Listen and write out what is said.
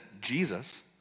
Jesus